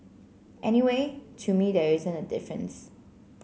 anyway to me there isn't a difference